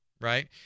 right